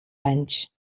anys